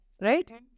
Right